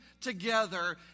together